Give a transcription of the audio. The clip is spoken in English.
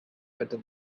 better